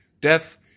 death